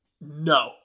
No